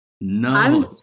no